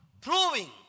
proving